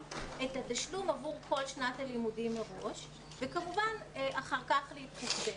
את התשלום עבור כל שנת הלימודים מראש וכמובן אחר כך להתחשבן.